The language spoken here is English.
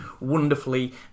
wonderfully